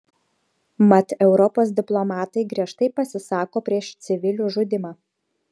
mat europos diplomatai griežtai pasisako prieš civilių žudymą